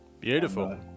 Beautiful